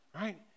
right